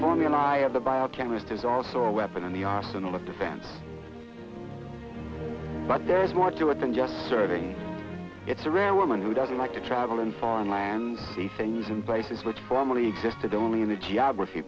me and i have the biochemist is also a weapon in the often a defense but there's more to it than just serving it's a rare woman who doesn't like to travel in foreign lands see things in places which formerly existed only in a geography